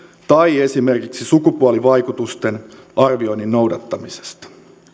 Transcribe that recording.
tai esimerkiksi sukupuolivaikutusten arvioinnin noudattamisesta